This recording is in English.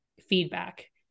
feedback